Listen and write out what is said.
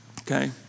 Okay